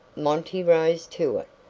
monty rose to it,